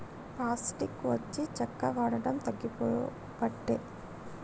plastic వచ్చి చెక్క వాడకం తగ్గిపోబట్టే